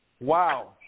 Wow